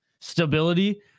stability